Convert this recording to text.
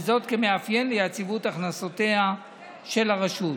וזאת כמאפיין ליציבות הכנסותיה של הרשות.